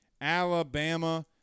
Alabama